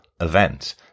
event